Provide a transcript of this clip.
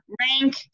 rank